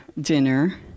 dinner